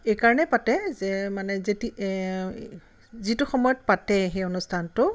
এইকাৰণেই পাতে যে মানে যেতি যিটো সময়ত পাতে সেই অনুষ্ঠানটো